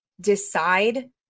decide